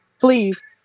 please